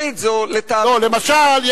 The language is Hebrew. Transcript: למשל,